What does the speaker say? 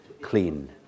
clean